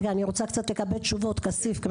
רגע אני רוצה קצת לקבל תשובות כסיף.